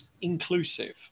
inclusive